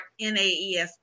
NAESP